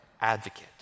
advocate